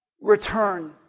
return